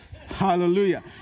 hallelujah